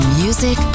music